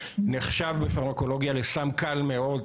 נחשב בפרמקולוגיה לסם קל מאוד.